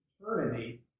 eternity